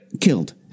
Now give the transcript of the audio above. Killed